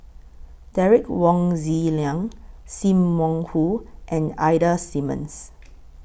Derek Wong Zi Liang SIM Wong Hoo and Ida Simmons